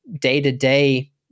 day-to-day